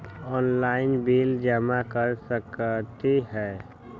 Online bill जमा कर सकती ह?